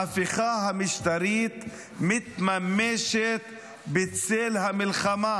ההפיכה המשטרית מתממשת בצל המלחמה.